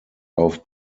auf